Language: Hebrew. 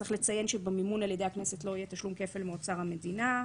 צריך לציין שבמימון על ידי הכנסת לא יהיה תשלום כפל מאוצר המדינה.